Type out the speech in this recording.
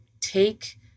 take